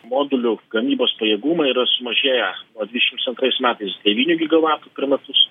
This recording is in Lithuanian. modulių gamybos pajėgumai yra sumažėję nuo dvidešims antrais metais devynių gigavatų per metus